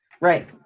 Right